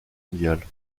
mondiale